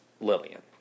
Lillian